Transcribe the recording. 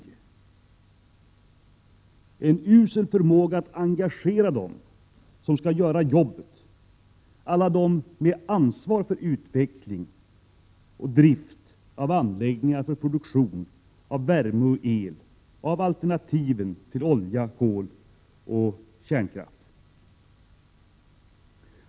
Man har också demonstrerat en usel förmåga att engagera dem som skall göra huvuddelen av jobbet, alla dem med ansvar för utveckling och drift av anläggningar för produktion av värme och el, av de långsiktiga alternativen till olja, kol och kärnkraft.